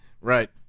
Right